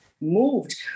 moved